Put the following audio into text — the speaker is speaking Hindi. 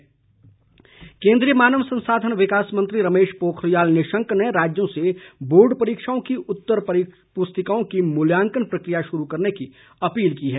पोखरियाल केंद्रीय मानव संसाधन विकास मंत्री रमेश पोखरियाल निशंक ने राज्यों से बोर्ड परीक्षाओं की उत्तर पुस्तिकाओं की मूल्यांकन प्रक्रिया शुरू करने की अपील की है